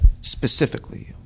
specifically